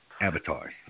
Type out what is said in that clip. avatar